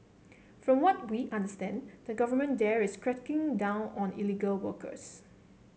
from what we understand the government there is cracking down on illegal workers